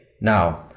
Now